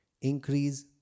Increase